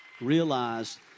realized